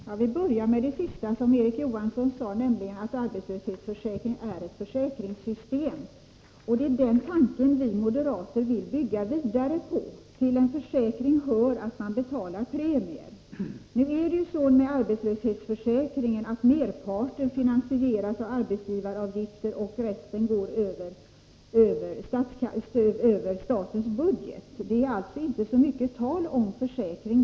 Herr talman! Jag vill börja med det sista som Erik Johansson sade, nämligen att arbetslöshetsförsäkringen är ett försäkringssystem. Det är den tanken vi moderater vill bygga vidare på. Till en försäkring hör att man betalar premier. Merparten av arbetslöshetsförsäkringen finansieras med arbetsgivaravgifter, och resten går över statens budget. Det är inte längre så mycket fråga om försäkring.